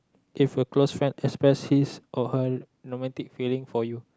if a close friend express his or her romantic feelings for you